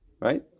right